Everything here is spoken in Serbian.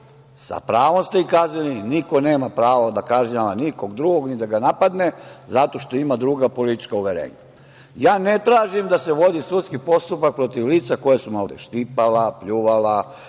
sa pravom ste ih kaznili, niko nema pravo da kažnjava nikog drugog, niti da ga napadne zato što ima druga politička uverenja. Ja ne tražim da se vodi sudski postupak protiv lica koja su me ovde štipala, pljuvala,